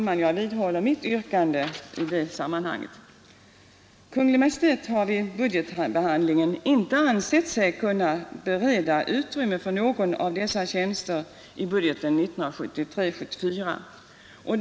Kungl. Maj:t har vid budgetbehandlingen inte ansett sig kunna bereda utrymme för någon av dessa tjänster i budgeten för 1973/74.